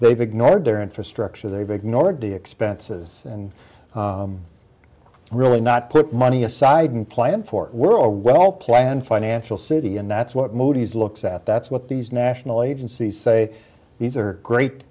they've ignored their infrastructure so they've ignored the expenses and really not put money aside and plan for were well planned financial city and that's what moody's looks at that's what these national agencies say these are great